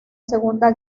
segunda